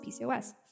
PCOS